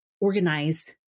organize